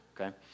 okay